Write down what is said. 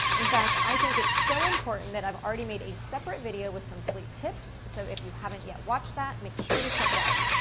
in fact, i think it's so important that i've already made a separate video with some sleep tips, so if you haven't yet watched that, make sure to check it out.